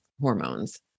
hormones